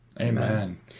Amen